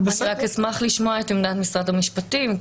אני רק אשמח לשמוע את עמדת משרד המשפטים,